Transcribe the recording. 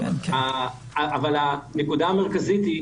אבל הנקודה המרכזית,